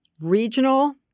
regional